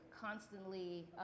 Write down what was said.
constantly